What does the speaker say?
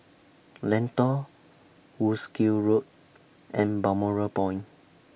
Lentor Wolskel Road and Balmoral Point